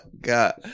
god